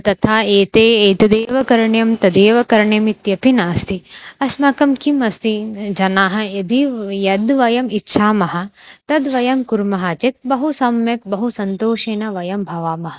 तथा एते एतदेव करणीयं तदेव करणीयमित्यपि नास्ति अस्माकं किम् अस्ति जनाः यदि यद् वयम् इच्छामः तद् वयं कुर्मः चेत् बहु सम्यक् बहु सन्तोषेण वयं भवामः